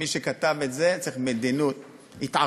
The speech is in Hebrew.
מי שכתב את זה צריך היה לכתוב: התערבות,